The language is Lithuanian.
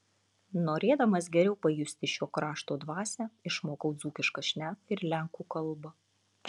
norėdamas geriau pajusti šio krašto dvasią išmokau dzūkišką šneką ir lenkų kalbą